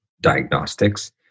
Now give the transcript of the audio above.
diagnostics